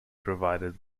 provided